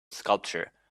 sculpture